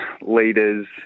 leaders